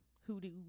hoodoo